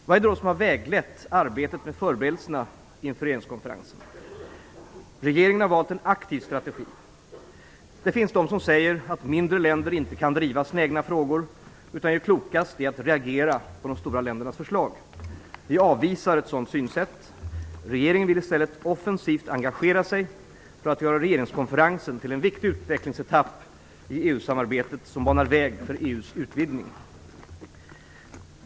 Vad är det då som har väglett arbetet med förberedelserna inför regeringskonferensen? Regeringen har valt en aktiv strategi. Det finns de som säger att mindre länder inte kan driva sina egna frågor, utan gör klokast i att reagera på de stora ländernas förslag. Vi avvisar ett sådant synsätt. Regeringen vill i stället offensivt engagera sig för att göra regeringskonferensen till en viktig utvecklingsetapp i EU-samarbetet som banar väg för EU:s utvidgning.